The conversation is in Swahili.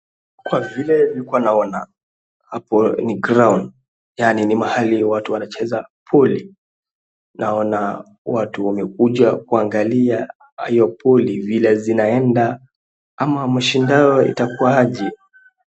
Kwa vile nilikuwa naona hapo ni ground yaani ni mahali watu wanacheza pool . Naona watu wamekuja kuangalia hio pool vile zinaenda ama mashindano yatakuwa aje.